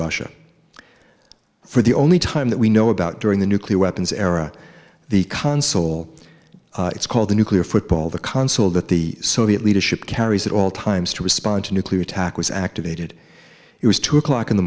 russia for the only time that we know about during the nuclear weapons era the console it's called the nuclear football the console that the soviet leadership carries at all times to respond to nuclear attack was activated it was two o'clock in the